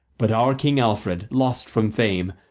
but our king alfred, lost from fame,